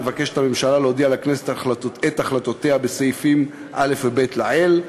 מבקשת הממשלה להודיע לכנסת את החלטותיה בסעיפים א' וב' לעיל.